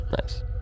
Nice